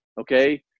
okay